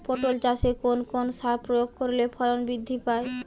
পটল চাষে কোন কোন সার প্রয়োগ করলে ফলন বৃদ্ধি পায়?